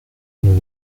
nous